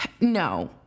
no